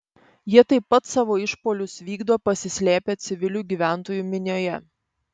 jie taip pat savo išpuolius vykdo pasislėpę civilių gyventojų minioje